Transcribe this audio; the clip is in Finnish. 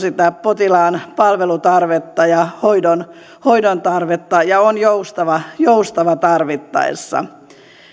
potilaan palvelutarvetta ja hoidon hoidon tarvetta ja on joustava joustava tarvittaessa